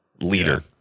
leader